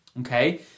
okay